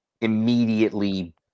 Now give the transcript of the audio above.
immediately